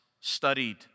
studied